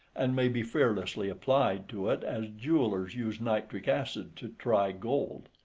and may be fearlessly applied to it as jewellers use nitric acid to try gold.